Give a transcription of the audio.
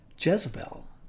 Jezebel